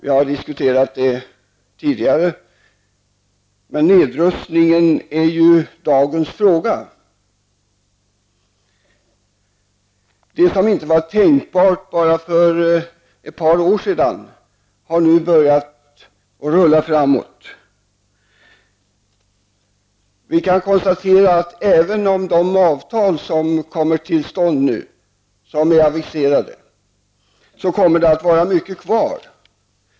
Vi har diskuterat den saken tidigare. Men nedrustningen är alltså dagens fråga. En utveckling som inte var tänkbar för bara ett par år sedan har nu börjat att så att säga rulla framåt. Vi kan konstatera att det, även om avtal nu kommer till stånd, som alltså är aviserade, kommer att vara mycket som återstår.